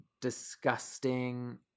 disgusting